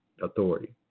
authority